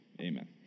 Amen